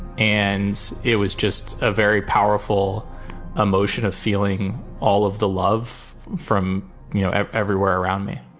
and it was just a very powerful emotion of feeling all of the love from everywhere around me.